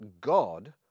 God